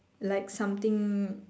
like something